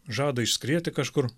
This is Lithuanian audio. žada išskrieti kažkur